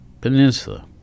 Peninsula